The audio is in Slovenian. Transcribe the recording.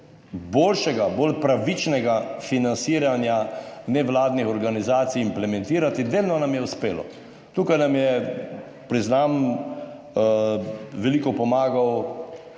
bolj pravičnega financiranja nevladnih organizacij implementirati, delno nam je uspelo. Tukaj nam je, priznam, veliko pomagal,